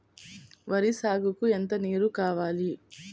వరి సాగుకు ఎంత నీరు కావాలి?